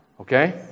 Okay